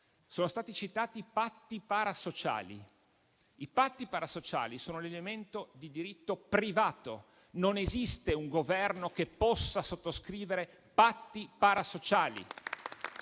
Sono stati citati i patti parasociali, che però sono un elemento di diritto privato; non esiste un Governo che possa sottoscrivere patti parasociali.